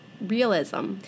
realism